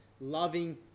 loving